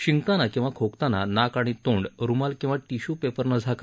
शिंकताना किंवा खोकताना नाक आणि तोंड रुमाल किंवा टिश्य् पेपरनं झाका